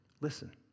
listen